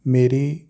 ਮੇਰੀ